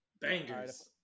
Bangers